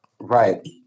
Right